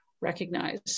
recognize